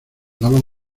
daban